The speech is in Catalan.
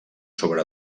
sobre